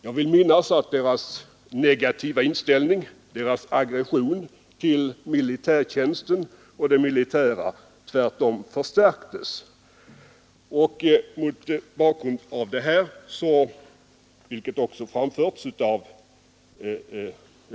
Jag vill minnas att deras negativa inställning och aggression till militärtjänsten och det militära tvärtom förstärktes.